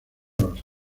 los